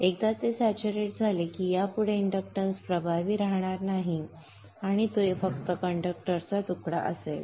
एकदा ते स्टॅच्यूरेट झाले की यापुढे इंडक्टन्स प्रभावी राहणार नाही आणि तो फक्त कंडक्टरचा तुकडा असेल